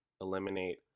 eliminate